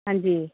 ਹਾਂਜੀ